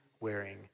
wearing